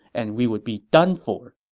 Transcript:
and we would be done for.